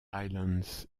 highlands